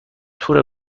تور